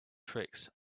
tricks